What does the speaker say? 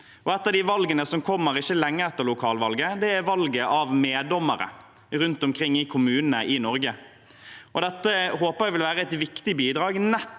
ett av de valgene som kommer ikke lenge etter lokalvalget, er valget av meddommere rundt omkring i kommunene i Norge. Dette håper jeg vil være et viktig bidrag nettopp